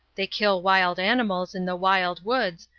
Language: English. they kill wild animals in the wild woods,